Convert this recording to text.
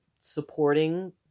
supporting